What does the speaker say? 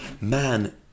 Man